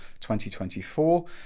2024